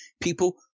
people